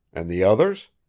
and the others?